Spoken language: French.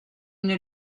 une